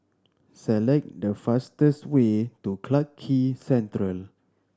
select the fastest way to Clarke Quay Central